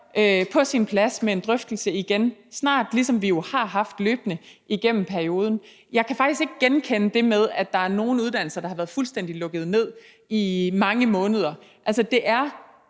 på sin plads med en drøftelse igen snart, ligesom vi jo har haft det løbende igennem perioden. Jeg kan faktisk ikke genkende det med, at der er nogle uddannelser, der har været fuldstændig lukket ned i mange måneder. Det er